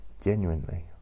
Genuinely